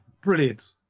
Brilliant